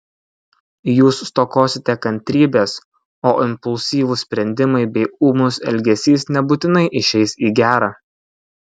jūs stokosite kantrybės o impulsyvūs sprendimai bei ūmus elgesys nebūtinai išeis į gera